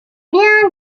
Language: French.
bien